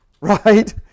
right